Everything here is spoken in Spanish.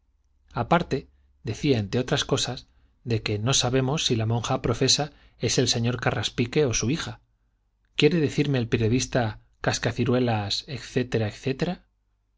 aparte decía entre otras cosas de que no sabemos si la monja profesa es el señor carraspique o su hija quiere decirme el periodista